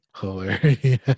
Hilarious